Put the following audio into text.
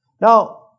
Now